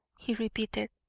he repeated.